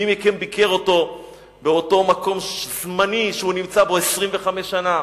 מי מכם ביקר אותו באותו מקום זמני שהוא נמצא בו 25 שנה,